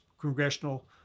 congressional